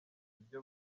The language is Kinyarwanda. ibyo